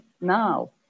now